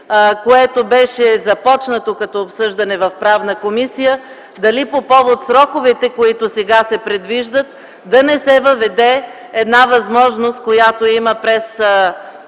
което беше започнато като обсъждане в Правната комисия, дали по повод сроковете, които сега се предвиждат, да не се въведе една възможност, която я има през